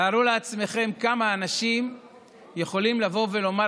תארו לעצמכם כמה אנשים יכולים לבוא ולומר,